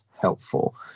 helpful